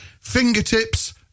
fingertips